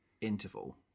interval